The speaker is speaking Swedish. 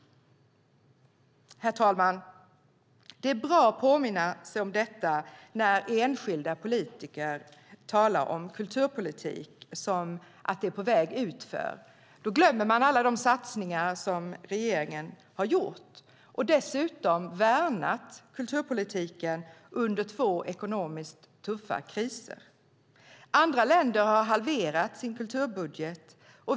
Herr talman! Det är bra att påminna sig om detta när enskilda politiker talar om kulturpolitiken som att den är på väg utför. Då glömmer man alla de satsningar som regeringen har gjort. Den har dessutom värnat kulturpolitiken under två ekonomiskt tuffa kriser. Andra länder har halverat sin kulturbudget.